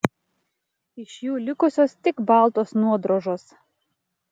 iš jų likusios tik baltos nuodrožos